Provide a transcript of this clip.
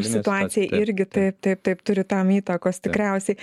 situacija irgi taip taip taip turi tam įtakos tikriausiai